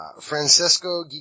Francesco